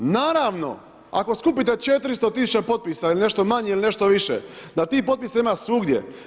Naravno, ako skupite 400 tisuća potpisa ili nešto manje ili nešto više, da tih potpisa ima svugdje.